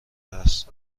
است